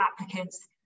applicants